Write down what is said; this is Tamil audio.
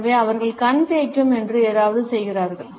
எனவே அவர்கள் கண் தேய்க்கும் என்று ஏதாவது செய்கிறார்கள்